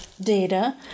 data